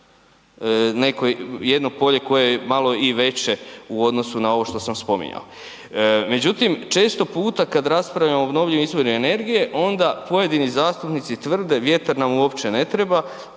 jedno polje koje je malo i veće u odnosu na ovo što sam spominjao. Međutim, često puta kada raspravljamo o obnovljivim izvorima energije onda pojedini zastupnici tvrde vjetar nam uopće ne treba